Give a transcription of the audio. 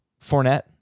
Fournette